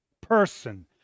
person